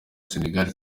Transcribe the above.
senegal